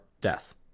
Death